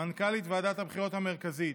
מנכ"לית ועדת הבחירות המרכזית.